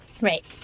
Right